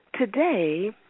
Today